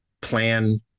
plan